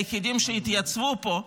היחידים שיתייצבו פה,